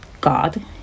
God